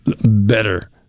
better